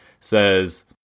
says